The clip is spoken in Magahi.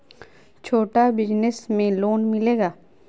छोटा बिजनस में लोन मिलेगा?